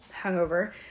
hungover